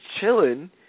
chilling